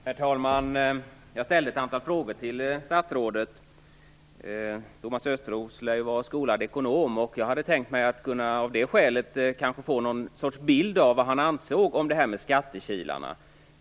Herr talman! Jag ställde ett antal frågor till statsrådet. Thomas Östros lär ju vara skolad ekonom, och jag hade av det skälet tänkt mig kunna få någon bild av vad han ansåg om skattekilarna.